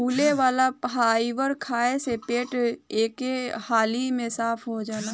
घुले वाला फाइबर खाए से पेट एके हाली में साफ़ हो जाला